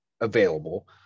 available